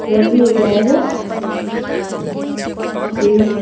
جلدی ہو جائے گا جی